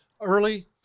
early